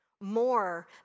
More